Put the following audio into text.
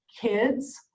kids